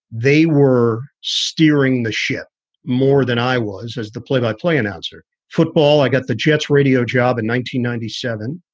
they were steering the ship more than i was as the play by play announcer football. i got the jets radio job in nineteen ninety seven.